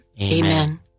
Amen